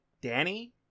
Danny